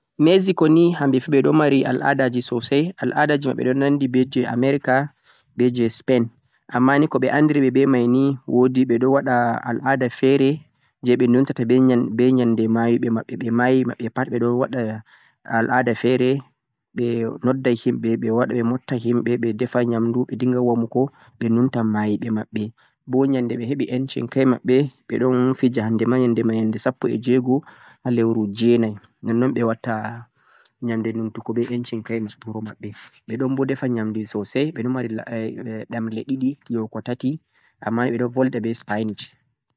Mexico ni hamɓe fu ɓe ɗo mari al'adaji sosai, al'adaji maɓɓe ɗo nandi be je America be je Spain amma ni ko ɓe andiri ɓe be mai ni wo'di ɓe ɗo waɗa al'ada fe're je ɓe numtata be ƴande mayuɓe maɓɓe, ɓe mayi maɓɓe pat ɓe ɗo waɗa al'ada fe're ɓe nodda himɓe ɓe waɗa ɓe mutta himɓe, ɓe defa ƴamdu, dinga womugo, ɓe numta mayiɓe maɓɓe, bo yande ɓe heɓi ƴanci kai maɓɓe ɓe ɗon fija, hande ma yande mai yande sappo e je go'o ha leuru je nai nonnon ɓe watta yande numtugo be ƴancin kai wuro maɓɓe ɓe ɗon bo defa yamdu sosai ɓe ɗon bo mari ɗemle ɗiɗi yahugo tati amma bo ɓe ɗe volda be spainish.